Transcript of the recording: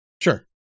Sure